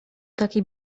takie